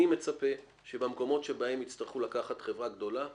אני מצפה שבמקומות שבהם יצטרכו לקחת חברה גדולה,